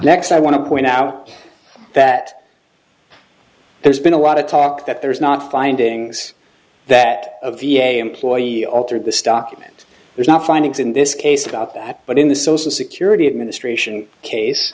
next i want to point out that there's been a lot of talk that there's not findings that a v a employee altered the stockmen's there's not findings in this case about that but in the social security administration case